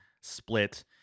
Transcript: split